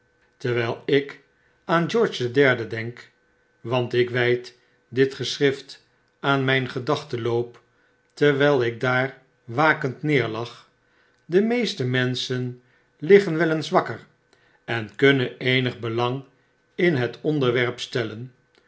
terwijl ik aan george den derde denk want ik wyd dit geschrift aau mijn gedachtenloop terwyl ik daar wakend neerlag de meeste menschen liggen wel eens wakker en kunnen eenig belang in het onderwerp stellen